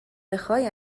بخای